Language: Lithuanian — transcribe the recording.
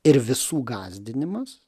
ir visų gąsdinimas